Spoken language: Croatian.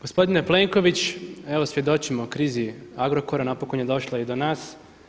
Gospodine Plenković, evo svjedočimo krizi Agrokora, napokon je došla i do nas.